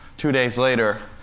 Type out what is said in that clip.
two days later,